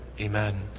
Amen